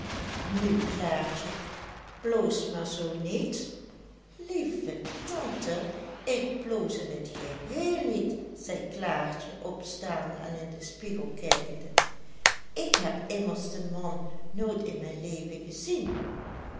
nu klaartje bloos maar zoo niet lieve tante ik bloos in het geheel niet zei klaartje opstaande en in den spiegel kijkende ik heb immers den man nooit in mijn leven gezien